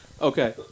Okay